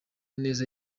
neza